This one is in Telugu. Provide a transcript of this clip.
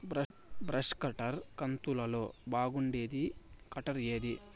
బ్రష్ కట్టర్ కంతులలో బాగుండేది కట్టర్ ఏది?